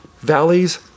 Valleys